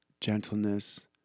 gentleness